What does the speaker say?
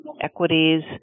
equities